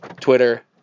Twitter